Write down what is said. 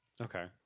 Okay